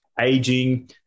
aging